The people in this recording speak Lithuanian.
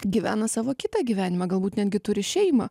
gyvena savo kitą gyvenimą galbūt netgi turi šeimą